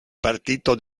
partito